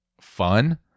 fun